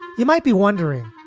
you might be wondering,